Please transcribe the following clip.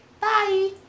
Bye